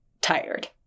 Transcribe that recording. tired